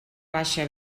baixa